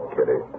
Kitty